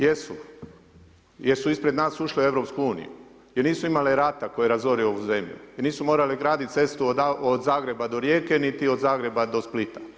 Jesu, jer su ispred nas ušle u Europsku uniju, jer nisu imale rata koji je razorio ovu zemlju, i nisu morali gradit cestu od Zagreba do Rijeke, niti od Zagreba do Splita.